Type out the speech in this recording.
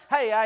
Hey